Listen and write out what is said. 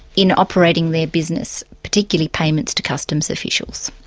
in operating their business, particularly payments to customs officials.